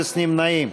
אפס נמנעים.